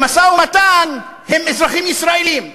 במשא-ומתן הם אזרחים ישראלים,